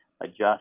adjust